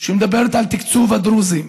שמדברת על תקצוב הדרוזים.